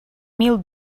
mil